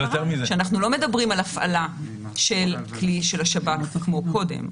שאנחנו לא מדברים על הפעלה של כלי של השב"כ כמו קודם.